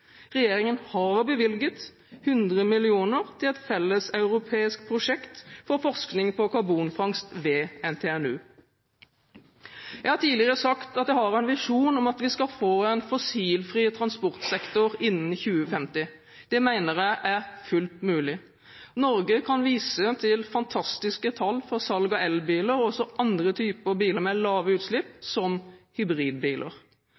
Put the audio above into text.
Regjeringen har bevilget 100 mill. kr til et felles europeisk prosjekt for forskning på karbonfangst ved NTNU. Jeg har tidligere sagt at jeg har en visjon om at vi skal få en fossilfri transportsektor innen 2050. Det mener jeg er fullt mulig. Norge kan vise til fantastiske tall for salg av elbiler og også andre typer biler med lave